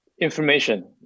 Information